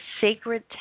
sacred